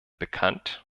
bekannt